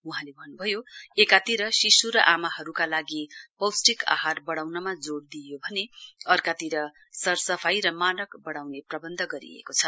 वहाँले भन्नुभयो एकातिर शिशु र आमाहरूका लागि पौष्टिक आहार बढ़ाउनमा जोड़ दिइयो भने अर्कातिर सरसफाई र मानक बढ़ाउने प्रबन्ध गरिएको छ